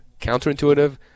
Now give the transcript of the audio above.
counterintuitive